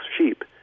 sheep